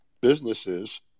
businesses